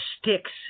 sticks